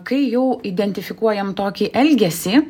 kai jau identifikuojam tokį elgesį